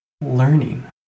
learning